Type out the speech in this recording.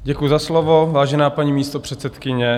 Děkuji za slovo, vážená paní místopředsedkyně.